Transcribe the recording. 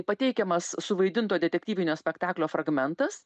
pateikiamas suvaidinto detektyvinio spektaklio fragmentas